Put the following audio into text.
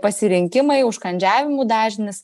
pasirinkimai užkandžiavimų dažnis